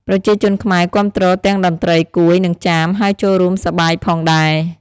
ប្រជាជនខ្មែរគាំទ្រទាំងតន្ត្រី កួយ និងចាម ហើយចូលរួមសប្បាយផងដែរ។